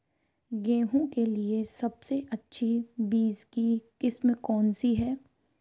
गेहूँ के लिए सबसे अच्छी बीज की किस्म कौनसी है?